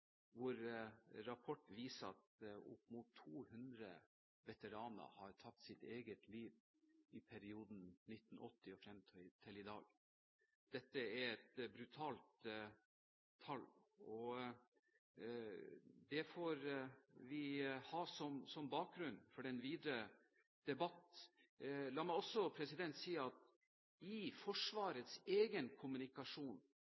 hvor en rapport viser at opp mot 200 veteraner har tatt sitt eget liv i perioden fra 1980 og frem til i dag. Dette er et brutalt tall, og det får vi ha som bakgrunn for den videre debatten. I Forsvarets egen kommunikasjon er jeg ikke sikker på at